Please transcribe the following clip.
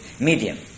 medium